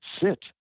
sit